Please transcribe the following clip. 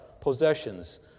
possessions